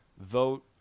vote